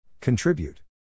Contribute